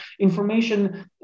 Information